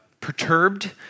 perturbed